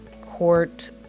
court